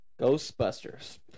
Ghostbusters